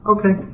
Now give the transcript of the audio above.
Okay